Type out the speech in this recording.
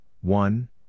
one